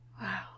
Wow